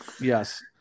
yes